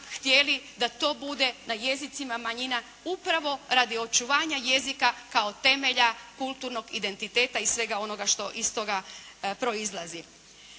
htjeli da to bude na jezicima manjina upravo radi očuvanja jezika kao temelja kulturnog identiteta i svega onoga što iz toga proizlazi.